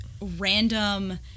random